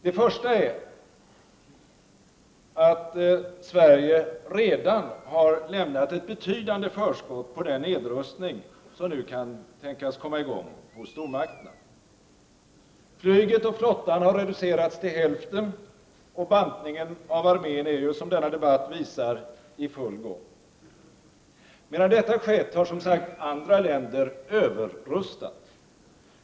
Det första är att Sverige redan har lämnat ett betydande förskott på den nedrustning som nu kan tänkas komma i gång hos stormakterna. Flyget och flottan har reducerats till hälften, och bantningen av armén är ju, som denna debatt visar, i full gång. Medan detta skett har som sagt andra länder överrustat.